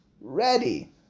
ready